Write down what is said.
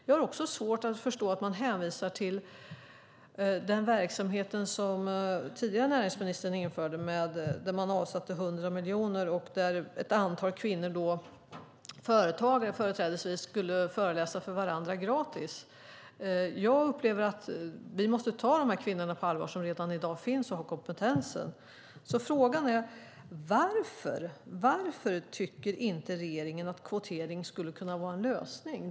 Jag har också svårt att förstå att man hänvisar till den verksamhet som den tidigare näringsministern införde där man avsatte 100 miljoner och där ett antal kvinnor, företagare företrädesvis, skulle föreläsa för varandra gratis. Jag upplever att vi måste ta de kvinnor på allvar som redan i dag finns och har kompetensen. Frågan är: Varför tycker inte regeringen att kvotering skulle kunna vara en lösning?